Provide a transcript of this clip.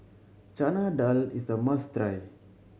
Chana Dal is a must try